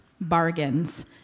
bargains